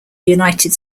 united